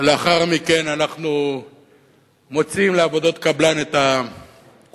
ולאחר מכן אנחנו מוציאים לעבודות קבלן את הקופות,